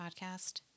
podcast